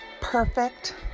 perfect